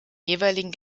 jeweiligen